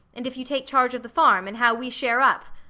and if you take charge of the farm, and how we share up?